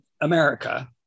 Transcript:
America